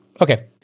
Okay